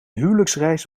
huwelijksreis